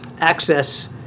access